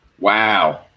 Wow